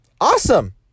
Awesome